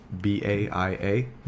b-a-i-a